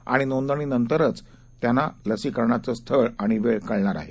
आणि नोंदणीनंतरच त्याला लसीकरणांच स्थळ आणि वेळ कळणार आहे